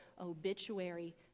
obituary